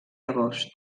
agost